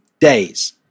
days